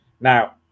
Now